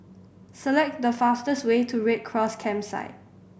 select the fastest way to Red Cross Campsite